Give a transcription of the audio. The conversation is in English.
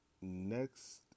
next